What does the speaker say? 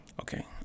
okay